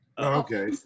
okay